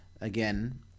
again